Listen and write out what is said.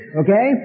okay